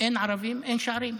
אין ערבים, אין שערים.